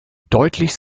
deutlich